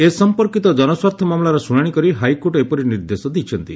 ଏ ସମ୍ପର୍କୀତ ଜନସ୍ୱାର୍ଥ ମାମଲାର ଶୁଶାଶି କରି ହାଇକୋର୍ଟ ଏପରି ନିର୍ଦ୍ଦେଶ ଦେଇଛନ୍ତି